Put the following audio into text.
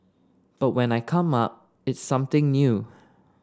but when I come up it's something new